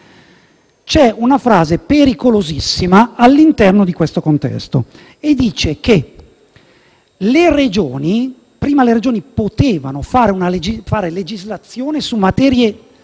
C'è una frase pericolosissima all'interno di questo contesto, ove si dice che prima le Regioni potevano produrre legislazione su materie